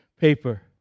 paper